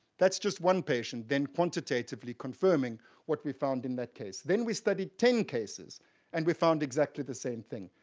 that's just one patient then quantitatively confirming what we found in that case. then we studied ten cases and we found exactly the same thing.